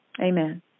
Amen